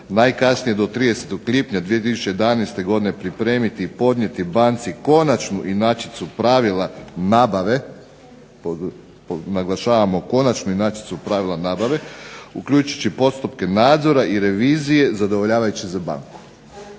najkasnije do 30. lipnja 2011. godine pripremiti i podnijeti banci konačnu inačicu pravila nabave, naglašavamo konačnu inačicu pravila nabave uključujući i postupke nadzora i revizije zadovoljavajuće za banku.